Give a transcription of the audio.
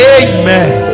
amen